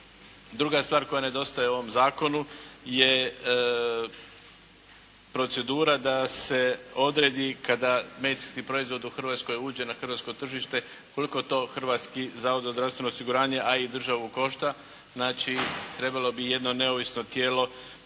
Druga stvar koja nedostaje u ovom zakonu je procedura da se odredi kada medicinski proizvod u Hrvatskoj uđe na hrvatsko tržište koliko to Hrvatski zavod za zdravstveno osiguranje, a i državu košta. Znači, trebalo bi jedno neovisno tijelo koje